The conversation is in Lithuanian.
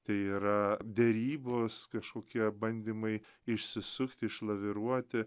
tai yra derybos kažkokie bandymai išsisukt išlaviruoti